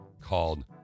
Called